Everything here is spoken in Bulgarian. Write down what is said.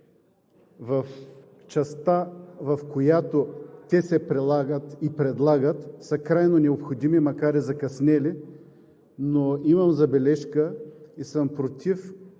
в частта, в която те се прилагат и предлагат, са крайно необходими макар и закъснели. Имам забележка обаче и съм против